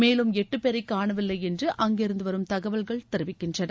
மேலும் எட்டு பேரை காணவில்லை என்று அங்கிருந்து வரும் தகவல்கள் தெரிவிக்கின்றன